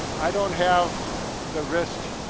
i don't have the wrist